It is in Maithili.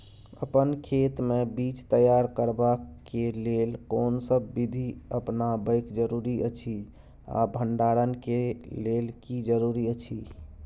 अपन खेत मे बीज तैयार करबाक के लेल कोनसब बीधी अपनाबैक जरूरी अछि आ भंडारण के लेल की जरूरी अछि?